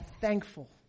thankful